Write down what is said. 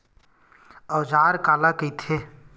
औजार काला कइथे?